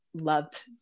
loved